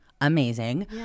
amazing